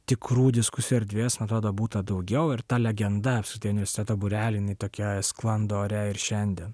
tikrų diskusijų erdvės man atrodo būta daugiau ir ta legenda apskritai universiteto būrelio jinai tokia sklando ore ir šiandien